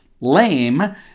lame